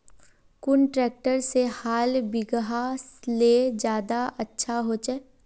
कुन ट्रैक्टर से हाल बिगहा ले ज्यादा अच्छा होचए?